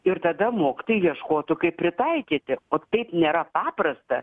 ir tada mokytojai ieškotų kaip pritaikyti o tai nėra paprasta